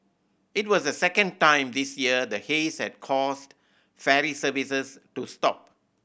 it was the second time this year the haze had caused ferry services to stop